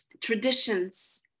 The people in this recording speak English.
traditions